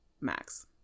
Max